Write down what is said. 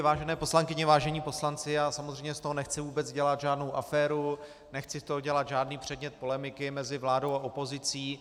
Vážené poslankyně, vážení poslanci, samozřejmě z toho nechci vůbec dělat žádnou aféru, nechci z toho dělat žádný předmět polemiky mezi vládou a opozicí.